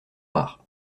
noir